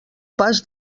pas